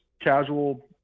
casual